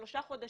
שלשוה חודשים,